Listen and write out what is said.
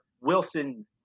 Wilson